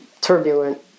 turbulent